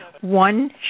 one